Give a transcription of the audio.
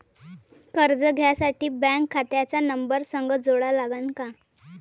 कर्ज घ्यासाठी बँक खात्याचा नंबर संग जोडा लागन का?